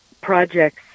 projects